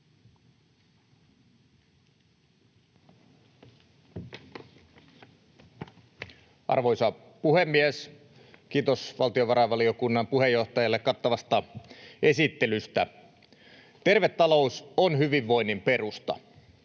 Arvoisa puhemies! Kiitos valtiovarainvaliokunnan puheenjohtajalle kattavasta esittelystä! Terve talous on hyvinvoinnin perusta.